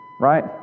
Right